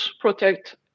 protect